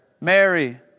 Mary